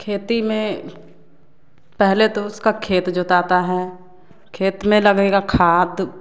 खेती में पहले तो उसका खेत जोताता हैं खेत में लगेगा खाद